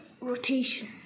rotation